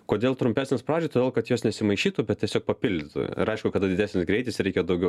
kodėl trumpesnės pradžioj todėl kad jos nesimaišytų bet tiesiog papildytų ir aišku kada didesnis greitis reikia daugiau